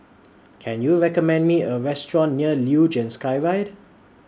Can YOU recommend Me A Restaurant near Luge and Skyride